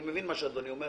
אני מבין מה שאדוני אומר,